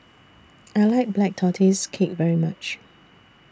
I like Black Tortoise Cake very much